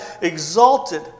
exalted